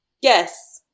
Yes